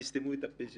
תסתמו את הפה שלכם.